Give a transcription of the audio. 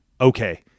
okay